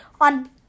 On